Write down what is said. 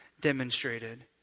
demonstrated